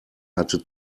hatte